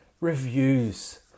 Reviews